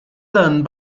done